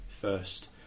first